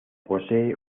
posee